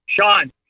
Sean